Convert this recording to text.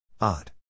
Odd